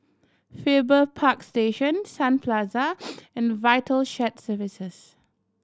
Farrer Park Station Sun Plaza and Vital Shared Services